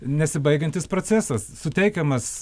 nesibaigiantis procesas suteikiamas